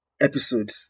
episode